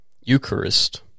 Eucharist